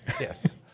Yes